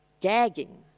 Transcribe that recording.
gagging